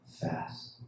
fast